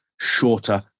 shorter